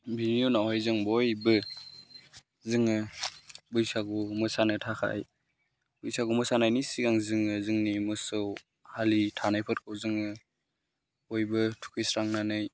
बेनि उनावहाय जों बयबो जोङो बैसागु मोसानो थाखाय बैसागु मोसानायनि सिगां जोङो जोंनि मोसौ हालि थानायफोरखौ जोङो बयबो थुखैस्रांनानै